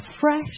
fresh